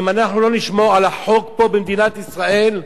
אם אנחנו לא נשמור על החוק פה במדינת ישראל,